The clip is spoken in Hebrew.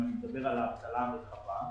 אם אני מדבר על האבטלה הרחבה,